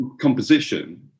composition